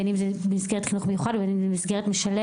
בין אם זה במסגרת חינוך מיוחד ובין אם זה במסגרת משלבת,